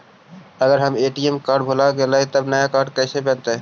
अगर हमर ATM card भुला गैलै हे तब नया काड कइसे बनतै?